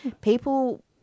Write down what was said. People